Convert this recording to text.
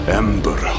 ember